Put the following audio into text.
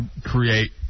create